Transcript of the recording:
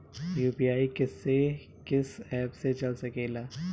UPI किस्से कीस app से चल सकेला?